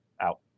out